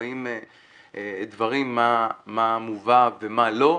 נקבעים דברים, מה מובא ומה לא,